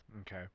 Okay